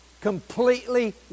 completely